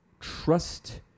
Trust